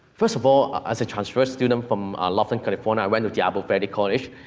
first of all, as a transfer student from lofton, california, i went with the apple valley college,